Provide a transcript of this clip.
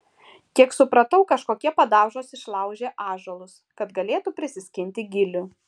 kiek supratau kažkokie padaužos išlaužė ąžuolus kad galėtų prisiskinti gilių